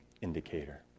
indicator